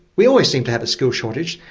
we always seem to have a skill shortage.